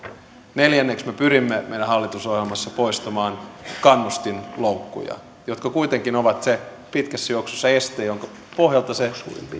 neljänneksi me pyrimme meidän hallitusohjelmassamme poistamaan kannustinloukkuja jotka kuitenkin ovat pitkässä juoksussa se este jonka pohjalta se